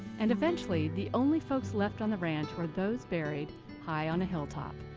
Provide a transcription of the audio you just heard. and eventually the only folks left on the ranch were those buried high on a hilltop.